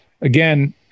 again